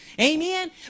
Amen